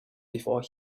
before